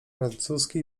francusku